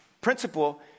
principle